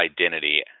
identity